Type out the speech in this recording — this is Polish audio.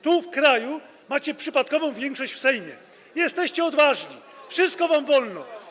Tu, w kraju, macie przypadkową większość w Sejmie, jesteście odważni, wszystko wam wolno.